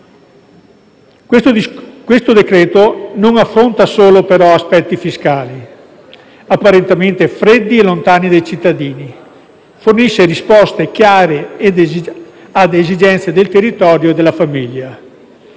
Questo decreto-legge non affronta, però, solo aspetti fiscali, apparentemente freddi e lontani dai cittadini. Fornisce risposte chiare ad esigenze del territorio e della famiglia.